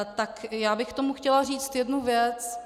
Tak já bych k tomu chtěla říct jednu věc.